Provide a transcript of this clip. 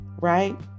right